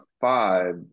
five